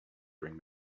bring